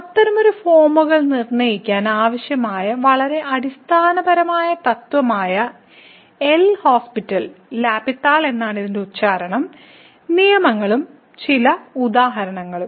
അത്തരമൊരു ഫോമുകൾ നിർണ്ണയിക്കാൻ ആവശ്യമായ വളരെ അടിസ്ഥാന തത്വമായ എൽ ഹോസ്പിറ്റലിന്റെ L' Hospital ലാപ്പിത്താൾ എന്നാണ് ഇതിന്റെ ഉച്ചാരണം നിയമങ്ങളും ചിലത് ഉദാഹരണങ്ങളും